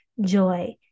joy